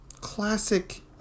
Classic